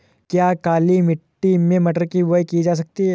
क्या काली मिट्टी में मटर की बुआई की जा सकती है?